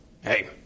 Hey